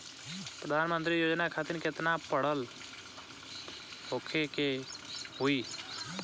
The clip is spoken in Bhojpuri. प्रधानमंत्री योजना खातिर केतना पढ़ल होखे के होई?